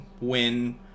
win